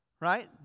Right